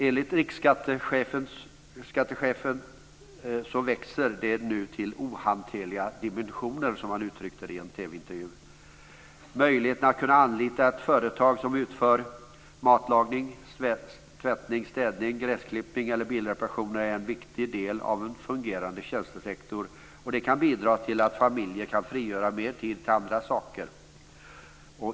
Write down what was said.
Enligt riksskattechefen växer den nu till ohanterliga dimensioner, som han uttryckte det i en TV Möjligheten att anlita ett företag som utför matlagning, tvättning, städning, gräsklippning eller bilreparationer är en viktig del av en fungerande tjänstesektor, och det kan bidra till att familjen kan frigöra mer tid till andra saker.